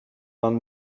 want